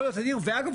ואגב,